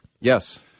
Yes